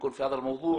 לו שייגש למשרד הביטחון,